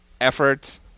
efforts